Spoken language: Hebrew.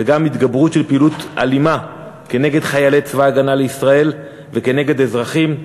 וגם התגברות של פעילות אלימה כנגד חיילי צבא הגנה לישראל וכנגד אזרחים.